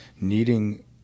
needing